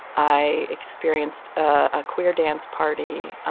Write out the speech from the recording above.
i experienced a queer dance party.